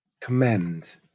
commend